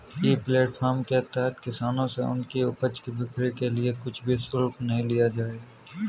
ई platform के तहत किसानों से उनकी उपज की बिक्री के लिए कुछ भी शुल्क नहीं लिया जाएगा